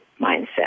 mindset